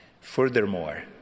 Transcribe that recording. Furthermore